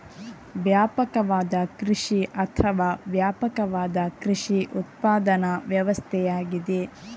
ವ್ಯಾಪಕವಾದ ಕೃಷಿ ಅಥವಾ ವ್ಯಾಪಕವಾದ ಕೃಷಿ ಉತ್ಪಾದನಾ ವ್ಯವಸ್ಥೆಯಾಗಿದೆ